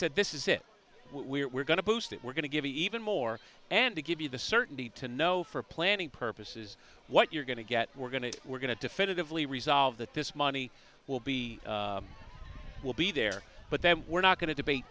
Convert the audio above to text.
said this is it we're we're going to boost it we're going to give even more and to give you the certainty to know for planning purposes what you're going to get we're going to we're going to definitively resolve that this money will be will be there but then we're not going to debate